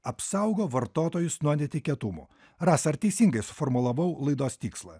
apsaugo vartotojus nuo netikėtumų rasa ar teisingai suformulavau laidos tikslą